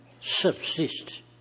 subsist